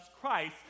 Christ